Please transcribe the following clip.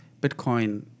Bitcoin